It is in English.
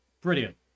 brilliant